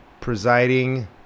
presiding